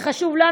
זה חשוב לנו,